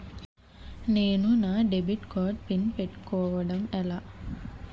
నేను నా debit card PIN పెట్టుకోవడం ఎలా?